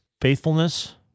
faithfulness